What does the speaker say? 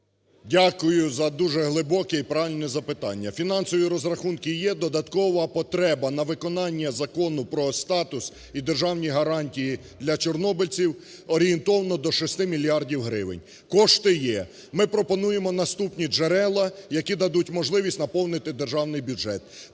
Дякую за дуже глибоке і правильне запитання. Фінансові розрахунки є. Додаткова потреба на виконання Закону про статус і державні гарантії для чорнобильців орієнтовно до 6 мільярдів гривень. Кошти є. Ми пропонуємо наступні джерела, які дадуть можливість наповнити державний бюджет.